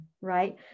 right